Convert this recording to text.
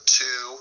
two